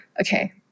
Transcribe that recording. okay